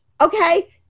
okay